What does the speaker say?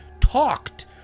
talked